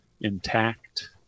intact